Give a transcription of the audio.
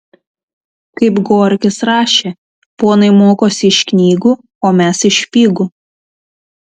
kaip gorkis rašė ponai mokosi iš knygų o mes iš špygų